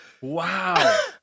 Wow